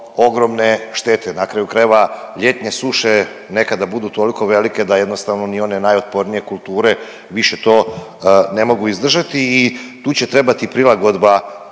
ogromne štete. Na kraju krajeva, ljetne suše nekada budu toliko velike da jednostavno ni one najotpornije kulture više to ne mogu izdržati i tu će trebati prilagodba